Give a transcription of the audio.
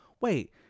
wait